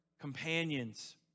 companions